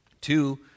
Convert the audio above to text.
Two